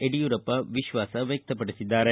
ಯಡಿಯೂರಪ್ಪ ವಿಶ್ವಾಸ ವ್ಯಕ್ತಪಡಿಸಿದ್ದಾರೆ